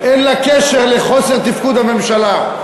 אין לה קשר לחוסר תפקוד הממשלה.